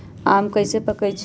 आम कईसे पकईछी?